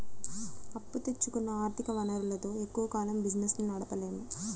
అప్పు తెచ్చుకున్న ఆర్ధిక వనరులతో ఎక్కువ కాలం బిజినెస్ ని నడపలేము